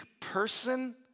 person